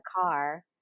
car